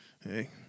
Hey